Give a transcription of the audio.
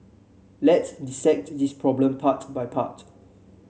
let's dissect this problem part by part